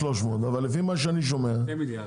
2 מיליארד.